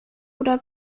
oder